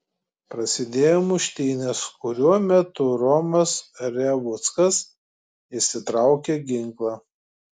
prasidėjo muštynės kurių metu romas revuckas išsitraukė ginklą